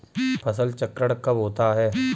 फसल चक्रण कब होता है?